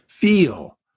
feel